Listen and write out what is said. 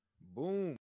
boom